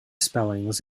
spellings